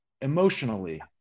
emotionally